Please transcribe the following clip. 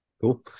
Cool